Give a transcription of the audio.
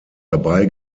dabei